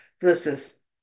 versus